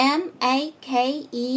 m-a-k-e